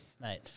mate